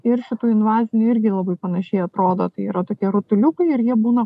ir šitų invazinių irgi labai panašiai atrodo tai yra tokie rutuliukai ir jie būna